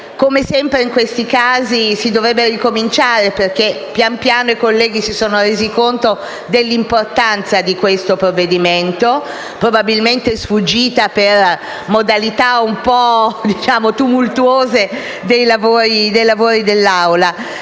come sempre in questi casi, si dovrebbe ricominciare, perché pian piano i colleghi si sono resi conto dell'importanza di questo provvedimento, probabilmente sfuggita per modalità un po' tumultuose dei lavori dell'Aula.